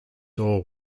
ore